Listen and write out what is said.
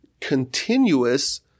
continuous